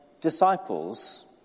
disciples